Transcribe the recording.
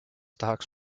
tahaks